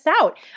out